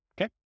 okay